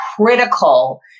critical